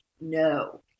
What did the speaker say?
No